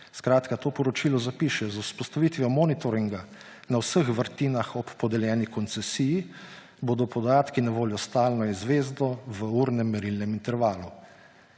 vrtinah. To poročilo zapiše: »Z vzpostavitvijo monitoringa na vseh vrtinah ob podeljeni koncesiji bodo podatki na voljo stalno in zvezno v urnem merilnem intervalu.